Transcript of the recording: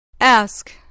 Ask